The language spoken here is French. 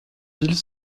villes